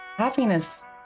happiness